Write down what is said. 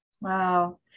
Wow